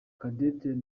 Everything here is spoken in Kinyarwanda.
cathedral